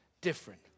different